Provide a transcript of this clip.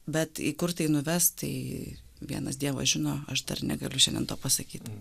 bet į kur tai nuves tai vienas dievas žino aš dar negaliu šiandien to pasakyt